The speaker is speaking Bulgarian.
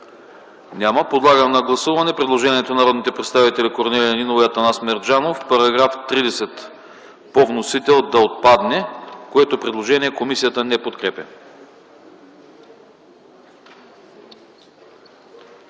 Няма. Подлагам на гласуване предложението на народните представители Корнелия Нинова и Атанас Мерджанов -§ 30 по вносител да отпадне, което предложение комисията не подкрепя.